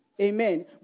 Amen